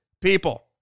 people